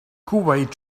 kuwait